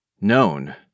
known